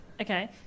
Okay